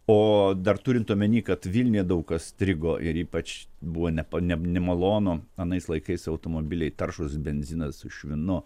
o dar turint omeny kad vilniuje daug kas strigo ir ypač buvo nepa ne nemalonu anais laikais automobiliai taršūs benzinas su švinu